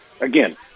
again